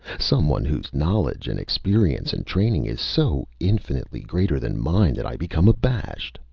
someone whose knowledge and experience and training is so infinitely greater than mine that i become abashed!